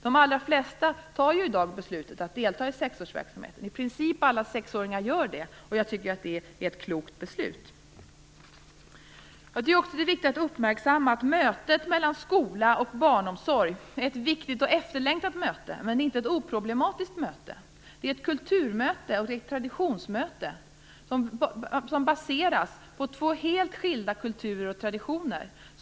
De allra flesta fattar ju i dag beslutet att delta i sexårsverksamheten. I princip alla sexåringar gör det. Jag tycker att det är ett klokt beslut. Jag tycker också att det är viktigt att uppmärksamma att mötet mellan skola och barnomsorg är ett viktigt och efterlängtat möte. Men det är inte ett oproblematiskt möte. Det är ett kulturmöte och traditionsmöte, som baseras på två helt skilda kulturer och traditioner.